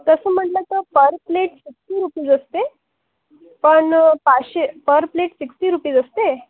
तसं म्हणलं तर पर प्लेट सिक्स्टी रुपीज असते पण पाचशे पर प्लेट सिक्स्टी रुपीज असते